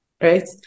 right